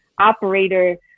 operator